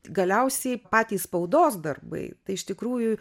galiausiai patys spaudos darbai tai iš tikrųjų